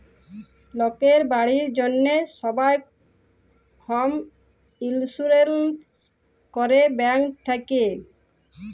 লকের বাড়ির জ্যনহে সবাই হম ইলসুরেলস ক্যরে ব্যাংক থ্যাকে